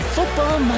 Football